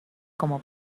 como